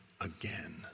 again